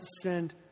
send